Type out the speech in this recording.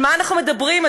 על מה אנחנו מדברים,